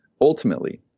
Ultimately